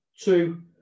two